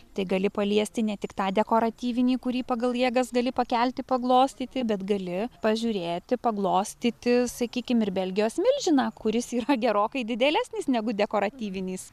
tai gali paliesti ne tik tą dekoratyvinį kurį pagal jėgas gali pakelti paglostyti bet gali pažiūrėti paglostyti sakykim ir belgijos milžiną kuris yra gerokai didėlesnis negu dekoratyvinis